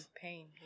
pain